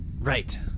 Right